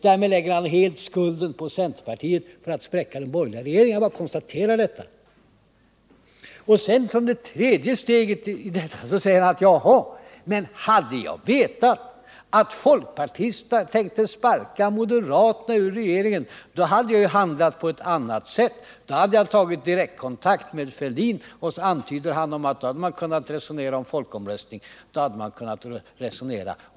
Därmed lägger han hela skulden på centerpartiet för att ha spräckt den borgerliga regeringen. Jag bara konstaterar detta. Det tredje steget i Gösta Bohmans resonemang kommer när han säger ungefär: ”Om jag hade vetat att folkpartisterna tänkte sparka moderaterna ut ur regeringen, hade jag handlat på ett annat sätt — då hade jag tagit direktkontakt med Thorbjörn Fälldin.” Gösta Bohman antyder att han då hade kunnat resonera om en folkomröstning och om tio aggregat.